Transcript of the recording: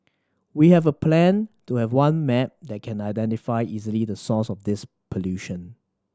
we have a plan to have one map that can identify easily the source of this pollution